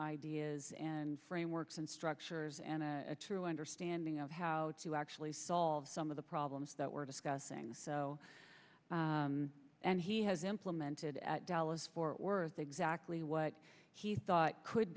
ideas and frameworks and structures and a true understanding of how to actually solve some of the problems that we're discussing so and he has implemented at dallas fort worth exactly what he thought could